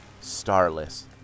starless